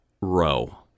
row